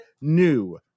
new